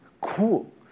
cool